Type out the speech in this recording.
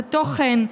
התוכן,